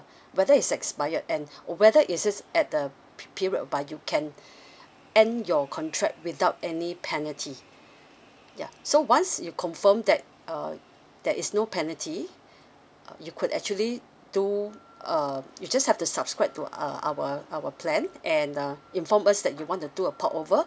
whether it's expired and whether is it at the pe~ period whereby you can end your contract without any penalty ya so once you confirm that uh there is no penalty you could actually do uh you just have to subscribe to uh our our plan and uh inform us that you want to do a port over